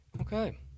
Okay